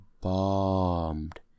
bombed